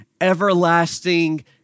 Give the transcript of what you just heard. everlasting